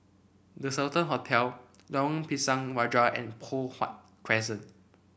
The Sultan Hotel Lorong Pisang Raja and Poh Huat Crescent